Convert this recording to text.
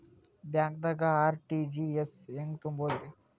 ಬ್ಯಾಂಕ್ದಾಗ ಆರ್.ಟಿ.ಜಿ.ಎಸ್ ಹೆಂಗ್ ತುಂಬಧ್ರಿ?